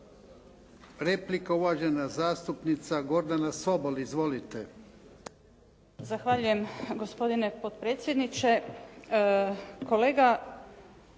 Replika uvažena zastupnica Gordana Sobol. Izvolite.